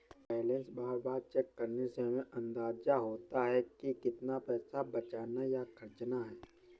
balance बार बार check करने से हमे अंदाज़ा होता है की कितना पैसा बचाना या खर्चना है